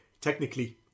Technically